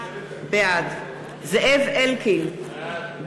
בעד זאב אלקין,